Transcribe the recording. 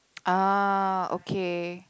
ah okay